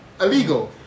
illegal